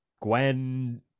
Gwen